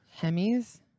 Hemis